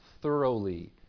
thoroughly